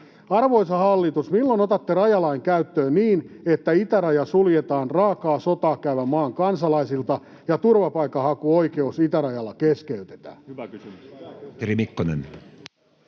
Arvoisa hallitus, milloin otatte rajalain käyttöön niin, että itäraja suljetaan raakaa sotaa käyvän maan kansalaisilta ja turvapaikanhakuoikeus itärajalla keskeytetään? [Speech 8] Speaker: